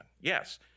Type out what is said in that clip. Yes